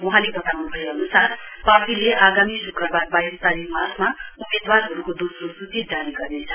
वहाँले बताउनु भए अनुसार पार्टीले आगामी शुक्रवार वाइस तारीक मार्चमा उम्मेदवारहरुको दोस्रो सुची जारी गर्नेछ